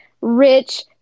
rich